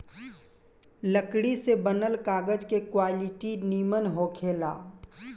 लकड़ी से बनल कागज के क्वालिटी निमन होखेला